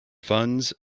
funds